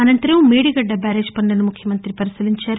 అనంతరం మేడిగడ్డ బ్యారేజీ పనులను ముఖ్యమంతి పరిశీలించారు